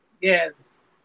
Yes